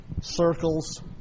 circles